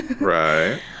Right